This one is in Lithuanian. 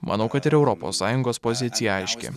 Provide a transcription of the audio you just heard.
manau kad ir europos sąjungos pozicija aiški